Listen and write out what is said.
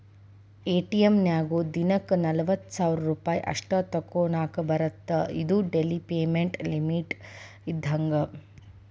ATM ನ್ಯಾಗು ದಿನಕ್ಕ ನಲವತ್ತ ಸಾವಿರ್ ರೂಪಾಯಿ ಅಷ್ಟ ತೋಕೋನಾಕಾ ಬರತ್ತಾ ಇದು ಡೆಲಿ ಪೇಮೆಂಟ್ ಲಿಮಿಟ್ ಇದ್ದಂಗ